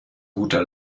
guter